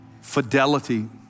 fidelity